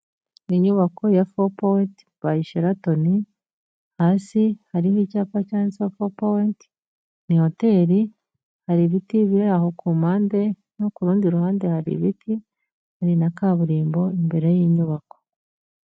Inyubako ya four points by Sheraton. Hasi hariho icyapa cyanditseho four points ni hoteli. Hari ibiti biraho ku mpande no ku rundi ruhande hari ibiti. Hari na kaburimbo imbere y'inyubako.